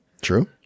True